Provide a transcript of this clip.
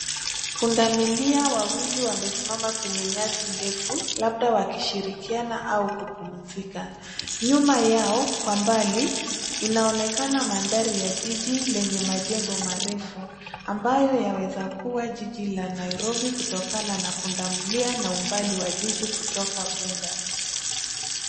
Pundamilia wawili wamesimama kwenye nyasi ndefu, labda wakishirikiana au kupumzika. Nyuma yao, kwa mbali, inaonekana mandhari ya jiji lenye majengo marefu, ambayo yaweza kuwa jiji la Nairobi kutokana pundamilia na umbali wa jiji kutoka Bunga.